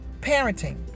parenting